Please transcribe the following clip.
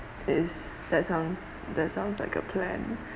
is that sounds that sounds like a plan